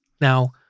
Now